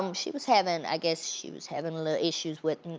um she was having, i guess, she was having a lil' issues with,